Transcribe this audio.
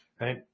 right